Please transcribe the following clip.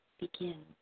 begin